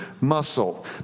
muscle